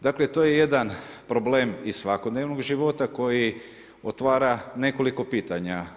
Dakle, to je jedan problem iz svakodnevnog života koji otvara nekoliko pitanja.